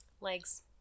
Legs